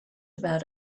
about